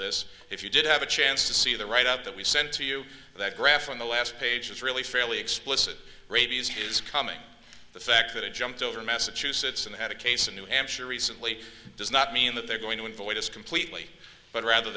this if you did have a chance to see the write up that we sent to you that graph on the last page is really fairly explicit rabies his coming the fact that it jumped over massachusetts and had a case in new hampshire recently does not mean that they're going to envoy this completely but rather